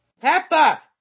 Peppa